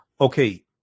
Okay